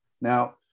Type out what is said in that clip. Now